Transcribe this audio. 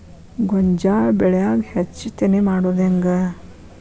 ಗೋಂಜಾಳ ಬೆಳ್ಯಾಗ ಹೆಚ್ಚತೆನೆ ಮಾಡುದ ಹೆಂಗ್?